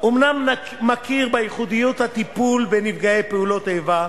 אומנם מכיר בייחודיות הטיפול בנפגעי פעולות איבה,